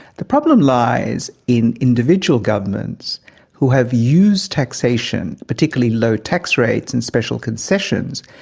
the problem lies in individual governments who have used taxation, particularly low tax rates and special concessions,